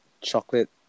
chocolate